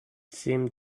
seemed